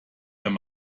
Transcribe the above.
wenn